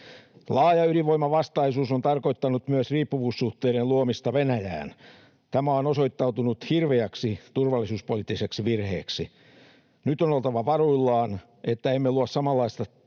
Laaja ydinvoimavastaisuus on tarkoittanut myös riippuvuussuhteiden luomista Venäjään. Tämä on osoittautunut hirveäksi turvallisuuspoliittiseksi virheeksi. Nyt on oltava varuillaan, että emme luo samanlaisia strategisia